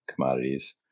commodities